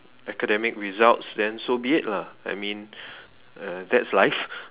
academic results then so be it lah I mean uh that's life